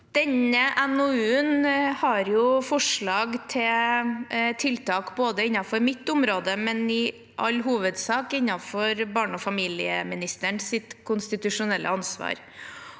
en har forslag til tiltak innen mitt område, men i all hovedsak innenfor barne- og familieministerens konstitusjonelle ansvarsområde.